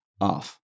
Off